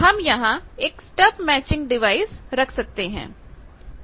हम यहां एक स्टब मैचिंग डिवाइस रख सकते हैं